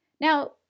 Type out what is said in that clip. Now